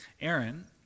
Aaron